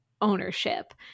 ownership